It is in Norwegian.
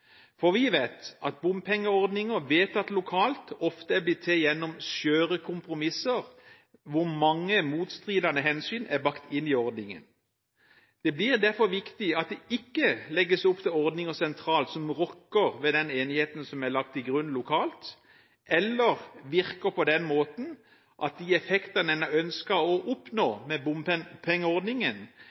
fordi vi vet at bompengeordninger vedtatt lokalt, ofte er blitt til gjennom skjøre kompromisser, hvor mange motstridende hensyn er bakt inn i ordningen. Det blir derfor viktig at det ikke legges opp til ordninger sentralt som rokker ved den enigheten som er lagt til grunn lokalt, eller virker på den måten at de effektene en har ønsket å oppnå med